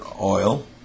oil